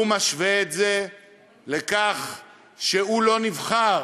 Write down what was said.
הוא משווה את זה לכך שהוא לא נבחר